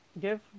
Give